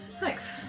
Thanks